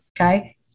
Okay